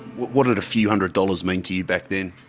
what did a few hundred dollars mean to you, back then?